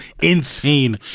insane